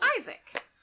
Isaac